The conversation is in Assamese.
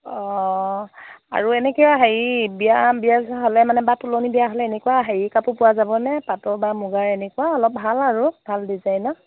অ আৰু এনেকৈ হেয়ি বিয়া বিয়া ছিয়া হ'লে মানে বা তোলনী বিয়া হ'লে এনেকুৱা হেৰি কাপোৰ পোৱা যাবনে পাটৰ বা মুগাৰ এনেকুৱা অলপ ভাল আৰু ভাল ডিজাইনৰ